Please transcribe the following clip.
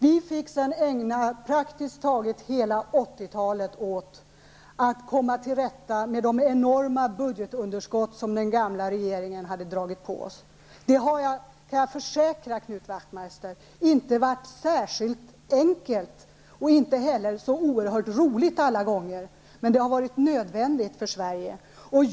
Vi fick sedan ägna praktiskt taget hela 80-talet åt att komma till rätta med de enorma budgetunderskott som den gamla regeringen hade dragit på oss. Jag kan försäkra Knut Wachtmeister att det inte har varit särskilt enkelt och inte heller så oerhört roligt alla gånger, men det har varit nödvändigt för Sverige.